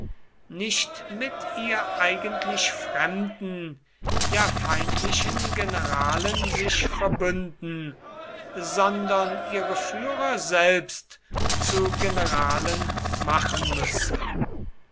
nicht mit ihr eigentlich fremden ja feindlichen generalen sich verbünden sondern ihre führer selbst zu generalen machen müsse